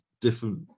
different